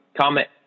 comment